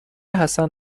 حسن